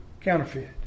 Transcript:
Counterfeit